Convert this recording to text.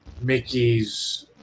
Mickey's